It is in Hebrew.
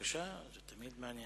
זה גדול.